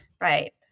Right